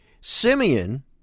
Simeon